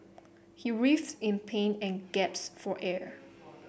he writhed in pain and gasped for air